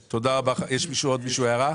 יש לעוד מישהו הערה?